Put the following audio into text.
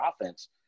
offense